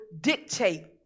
dictate